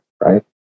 right